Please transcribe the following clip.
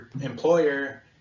employer